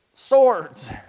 Swords